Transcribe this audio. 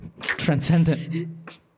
transcendent